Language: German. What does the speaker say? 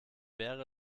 wäre